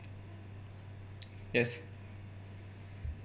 yes